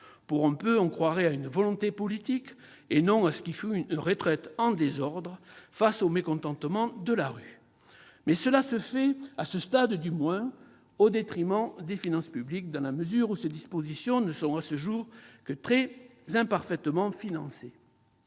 Pour un peu, on croirait à une volonté politique, et non à ce qui fut une retraite en désordre face au mécontentement de la rue ! Toutefois, à ce stade du moins, cette action est menée au détriment des finances publiques, dans la mesure où les dispositions annoncées ne sont, à ce jour, que très imparfaitement financées.